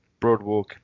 Broadwalk